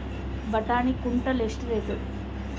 ಬಟಾಣಿ ಕುಂಟಲ ಎಷ್ಟು ರೇಟ್?